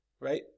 Right